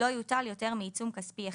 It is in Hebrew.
לא יוטל יותר מעיצום כספי אחד.